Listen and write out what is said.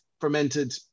fermented